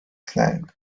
slang